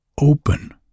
open